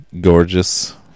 Gorgeous